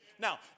Now